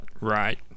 Right